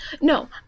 no